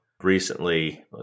recently